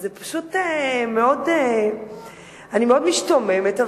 אני מאוד משתוממת,